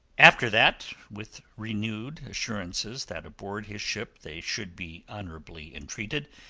after that, with renewed assurances that aboard his ship they should be honourably entreated,